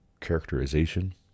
characterization